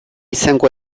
izango